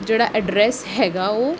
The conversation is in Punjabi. ਜਿਹੜਾ ਐਡਰੈਸ ਹੈਗਾ ਉਹ